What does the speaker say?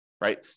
right